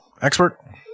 Expert